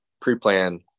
pre-plan